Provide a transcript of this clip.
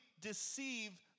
deceive